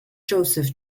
joseph